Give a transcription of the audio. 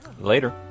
Later